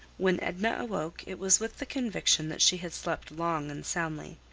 when edna awoke it was with the conviction that she had slept long and soundly.